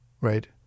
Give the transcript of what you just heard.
right